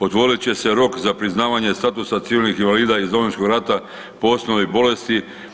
Otvorit će se rok za priznavanje statusa civilnih invalida iz Domovinskog rata po osnovi bolesti.